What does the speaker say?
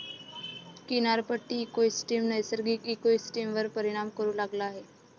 किनारपट्टी इकोसिस्टम नैसर्गिक इकोसिस्टमवर परिणाम करू लागला आहे